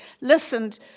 listened